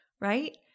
right